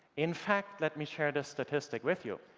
in fact, let me share this statistic with you.